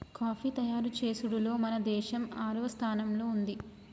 coffee తయారు చేసుడులో మన దేసం ఆరవ స్థానంలో ఉంది